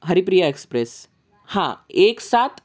Haripriya express हां एक सात